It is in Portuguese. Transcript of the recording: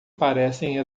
parecem